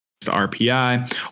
RPI